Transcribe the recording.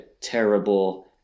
terrible